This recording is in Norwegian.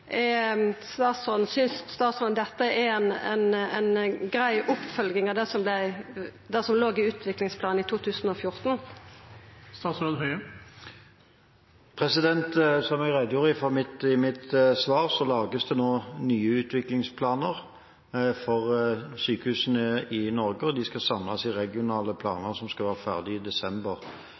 statsråden dette er ei grei oppfølging av det som låg i utviklingsplanen frå 2014? Som jeg redegjorde for i mitt svar, lages det nå nye utviklingsplaner for sykehusene i Norge, og de skal samles i regionale planer som skal være ferdige i desember.